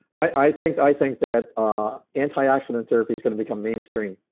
i think i think that ah antioxidant therapy is going to become mainstream.